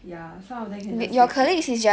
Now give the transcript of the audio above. ya some of them can just fake it ah